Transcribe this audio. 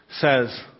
says